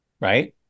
Right